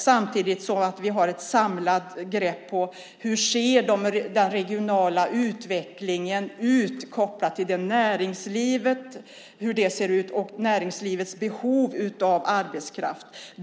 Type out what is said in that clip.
Samtidigt måste vi ha ett samlat grepp på den regionala utvecklingen, kopplat till näringslivet och dess behov av arbetskraft.